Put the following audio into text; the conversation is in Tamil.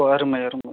ஓ அருமை அருமை